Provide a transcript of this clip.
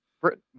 Britain